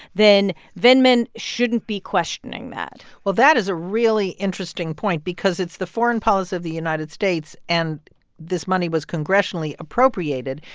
then vindman shouldn't be questioning that well, that is a really interesting point because it's the foreign policy of the united states, and this money was congressionally appropriated.